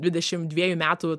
dvidešim dviejų metų